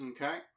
Okay